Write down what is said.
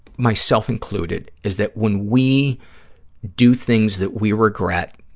myself included, is that when we do things that we regret,